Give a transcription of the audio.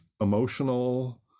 emotional